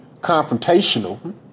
confrontational